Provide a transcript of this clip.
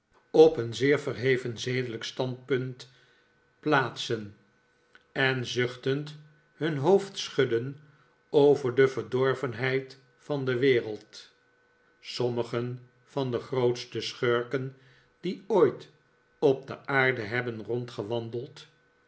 op een zeer nikolaas nickleby verheven zedelijk standpunt plaatsen en zuchtend hun hoofd schudden over de verdorvenheid van de wereld sommigen van de grootste schurken die ooit op de aarde hebben